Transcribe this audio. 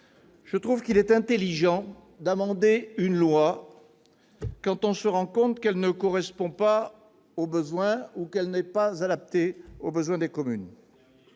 je trouve qu'il est intelligent d'amender une loi quand on se rend compte qu'elle ne correspond pas ou n'est pas adaptée aux besoins des communes.